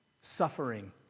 Suffering